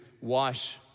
wash